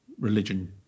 Religion